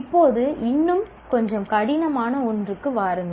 இப்போது இன்னும் கொஞ்சம் கடினமான ஒன்றுக்கு வாருங்கள்